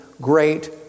great